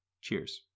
Cheers